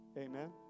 amen